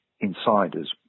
Insiders